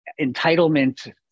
entitlement